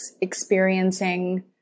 experiencing